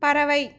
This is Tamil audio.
பறவை